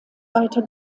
weiter